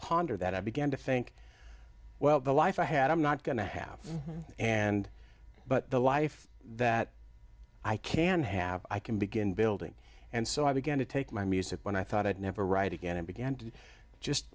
ponder that i began to think well the life i had i'm not going to have and but the life that i can have i can begin building and so i began to take my music when i thought i'd never write again and began to just